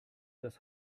das